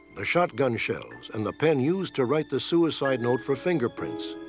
the shotgun shells, and the pen used to write the suicide note for fingerprints.